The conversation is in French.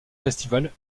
festival